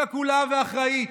שקולה ואחראית.